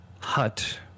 hut